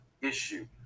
issue